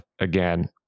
again